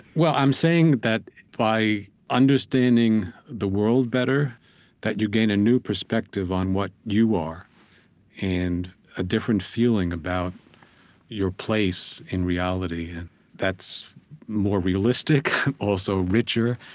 well, i'm saying that by understanding the world better that you gain a new perspective on what you are and a different feeling about your place in reality and that's more realistic also, richer.